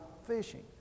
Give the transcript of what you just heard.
fishing